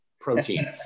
protein